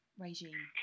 regime